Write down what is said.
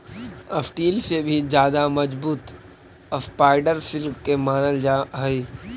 steel से भी ज्यादा मजबूत स्पाइडर सिल्क के मानल जा हई